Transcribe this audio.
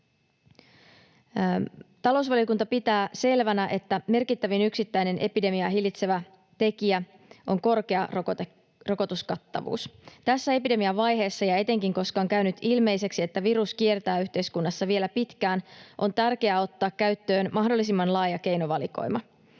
Talousvaliokunta pitää selvänä, että merkittävin yksittäinen epidemiaa hillitsevä tekijä on korkea rokotuskattavuus. Tässä epidemian vaiheessa — ja etenkin, koska on käynyt ilmeiseksi, että virus kiertää yhteiskunnassa vielä pitkään — on tärkeää ottaa käyttöön mahdollisimman laaja keinovalikoima.